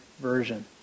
Version